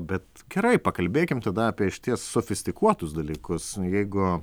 bet gerai pakalbėkim tada apie išties sofistikuotus dalykus jeigu